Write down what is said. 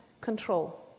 control